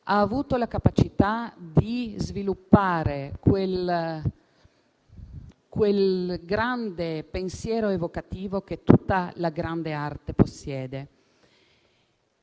avuto la capacità di sviluppare quel grande pensiero evocativo che tutta la grande arte possiede.